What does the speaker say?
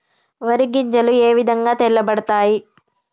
వరి గింజలు ఏ విధంగా తెల్ల పడతాయి?